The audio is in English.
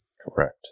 Correct